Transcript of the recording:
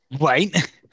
Right